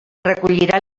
recollirà